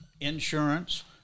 insurance